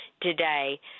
today